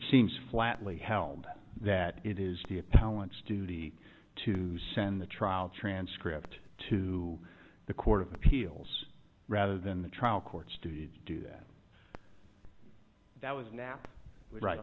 seems flatly held that it is the appellant's duty to send the trial transcript to the court of appeals rather than the trial courts to do that that was nap right